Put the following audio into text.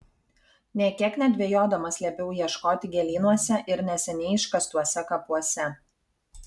nė kiek nedvejodamas liepiau ieškoti gėlynuose ir neseniai iškastuose kapuose